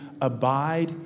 abide